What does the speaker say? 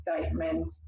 statement